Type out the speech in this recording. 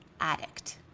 addict